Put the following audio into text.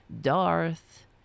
Darth